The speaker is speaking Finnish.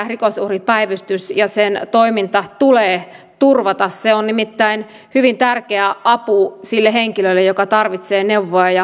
rikosuhripäivystys sijaisena toimintaa tulee turvata se on nimittäin hyvin tärkeää apua sille henkilölle joka tarvitsee arvoisa puhemies